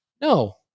no